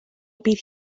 bydd